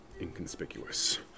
Inconspicuous